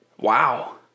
wow